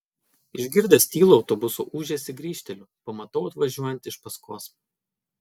išgirdęs tylų autobuso ūžesį grįžteliu pamatau atvažiuojant iš paskos